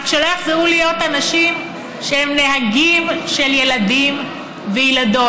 רק שלא יחזרו להיות אנשים שהם נהגים של ילדים וילדות.